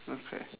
okay